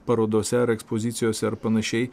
parodose ar ekspozicijose ar panašiai